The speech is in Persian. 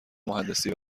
مهندسی